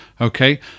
okay